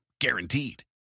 guaranteed